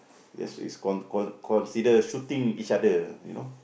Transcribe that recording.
yes it's con~ con~ consider shooting each other you know